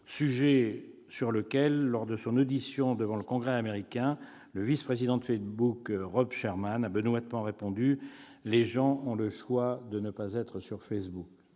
sujet sur lequel, lors de son audition devant le Congrès américain, le vice-président de Facebook Rob Sherman a benoîtement répondu :« Les gens ont le choix de ne pas être sur Facebook ».